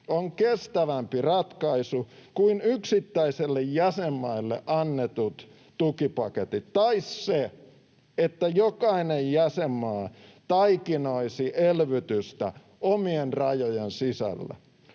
on kestävämpi ratkaisu kuin yksittäisille jäsenmaille annetut tukipaketit tai se, että jokainen jäsenmaa taikinoisi elvytystä omien rajojensa sisällä.